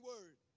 word